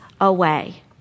away